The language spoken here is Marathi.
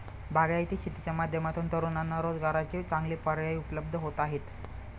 बागायती शेतीच्या माध्यमातून तरुणांना रोजगाराचे चांगले पर्याय उपलब्ध होत आहेत